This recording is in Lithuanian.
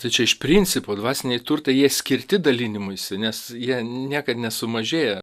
tai čia iš principo dvasiniai turtai jie skirti dalinimuisi nes jie niekad nesumažėja